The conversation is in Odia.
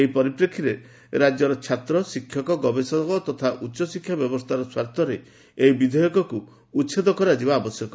ଏହି ପରିପ୍ରେଷୀରେ ରାକ୍ୟର ଛାତ୍ର ଶିକ୍ଷକ ଗବେଷକ ତଥା ଉଚ୍ଚଶିକ୍ଷା ବ୍ୟବସ୍ଚାର ସ୍ୱାର୍ଥରେ ଏହି ବିଧେୟକକୁ ଉଛେଦ କରାଯିବା ଆବଶ୍ୟକ